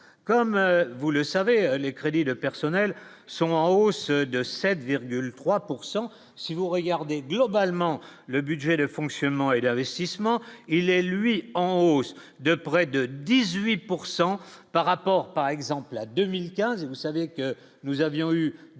comme vous le savez, les crédits de personnel sont en hausse de 7,3 pourcent si vous regardez globalement, le budget de fonctionnement et d'investissement, il est lui en hausse de près de 18 pourcent par rapport par exemple à 2015